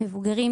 מבוגרים,